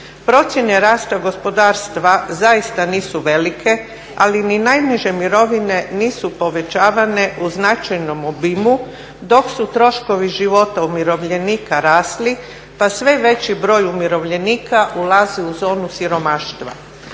Procjene rasta gospodarstva zaista nisu velike, ali ni najniže mirovine nisu povećavane u značajnom obimu doku su troškovi života umirovljenika rasli pa sve veći broj umirovljenika ulazi u zonu siromaštva.